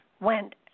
went